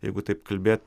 jeigu taip kalbėt